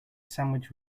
sandwich